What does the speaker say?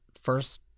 first